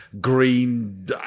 Green